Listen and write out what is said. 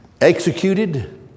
executed